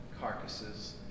carcasses